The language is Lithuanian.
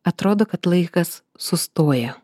atrodo kad laikas sustoja